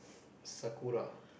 sakura